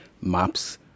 maps